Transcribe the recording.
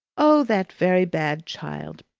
oh, that very bad child!